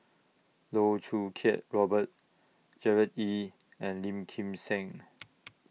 Loh Choo Kiat Robert Gerard Ee and Lim Kim San